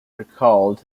recalled